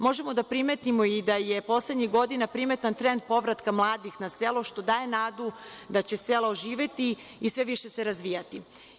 Možemo da primetimo i da je poslednjih godina primetan trend povratka mladih na selo, što daje nadu, da će selo oživeti i sve više razvijati.